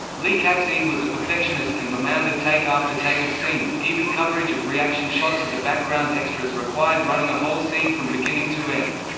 lee katzin was a perfectionist and demanded take after take of scenes even coverage of reaction shots of the background extras required running a whole scene from beginning to end.